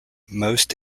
most